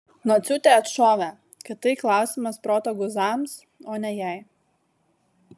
nociūtė atšovė kad tai klausimas proto guzams o ne jai